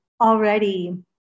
already